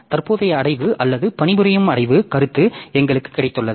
தற்போதைய அடைவு அல்லது பணிபுரியும் அடைவு கருத்து எங்களுக்கு கிடைத்துள்ளது